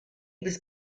was